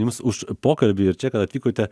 jums už pokalbį ir čia kad atvykote